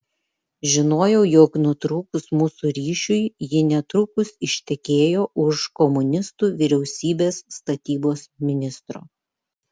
žinojau jog nutrūkus mūsų ryšiui ji netrukus ištekėjo už komunistų vyriausybės statybos ministro